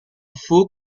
faux